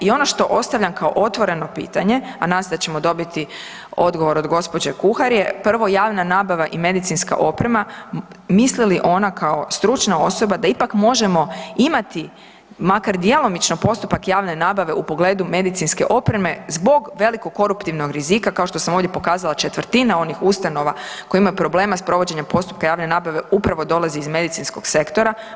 I ono što ostavljam kao otvoreno pitanje, a nastojat ćemo dobiti odgovor od gospođe Kuhar, je prvo javna nabava i medicinska opreme, misli li ona kao stručna osoba da ipak možemo imati makar djelomično postupak javne nabave u pogledu medicinske opreme zbog velikog koruptivnog rizika kao što sam ovdje pokazala četvrtina onih ustanova koje imaju problema s provođenjem postupka javne nabave upravo dolazi iz medicinskog sektora.